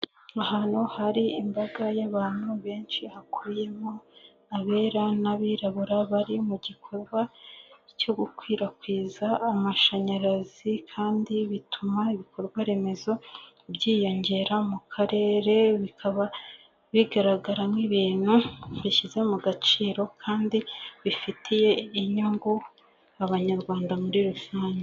Ahantu hari imbaga y'abantu benshi, hakubiyemo abera n'abirabura bari mu gikorwa cyo gukwirakwiza amashanyarazi kandi bituma ibikorwa remezo byiyongera mu karere, bikaba bigaragara nk'ibintu bishyize mu gaciro kandi bifitiye inyungu abanyarwanda muri rusange.